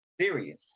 serious